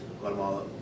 Guatemala